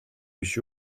биш